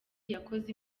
yakoze